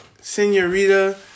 Senorita